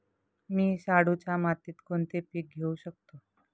मी शाडूच्या मातीत कोणते पीक घेवू शकतो?